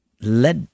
let